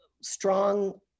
strong